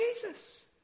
Jesus